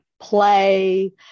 Play